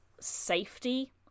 safety